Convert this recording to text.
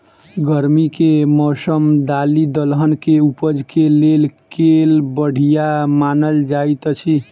गर्मी केँ मौसम दालि दलहन केँ उपज केँ लेल केल बढ़िया मानल जाइत अछि?